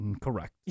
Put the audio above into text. Correct